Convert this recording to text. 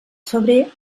febrer